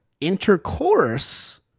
Intercourse